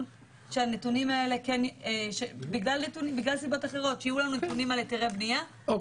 על מנת שיהיו לנו נתונים על היתרי בנייה,